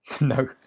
No